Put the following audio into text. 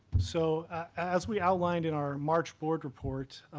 so as we outlined in our march board report,